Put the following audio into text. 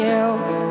else